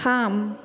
থাম